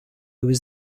was